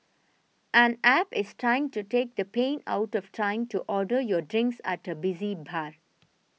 an App is trying to take the pain out of trying to order your drinks at a busy bar